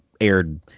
aired